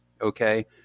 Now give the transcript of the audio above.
Okay